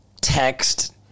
text